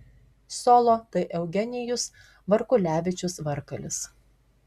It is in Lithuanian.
solo tai eugenijus varkulevičius varkalis